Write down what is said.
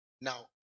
Now